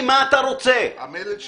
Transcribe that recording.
הצמיגים האלה,